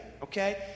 Okay